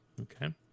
Okay